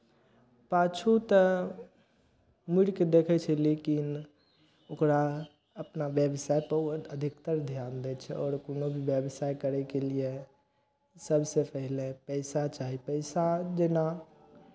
पाछू तऽ मुड़ि कऽ देखै छै लेकिन ओकरा अपना व्यवसायपर अधिकतर धियान दै छै और कोनो व्यवसाय करयके लिए सभसँ पहिले पैसा चाही पैसा जेना